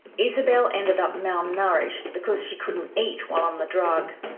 isabelle ended up malnourished because she couldn't eat while on the drug.